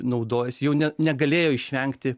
naudojosi jau ne negalėjo išvengti